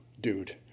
dude